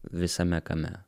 visame kame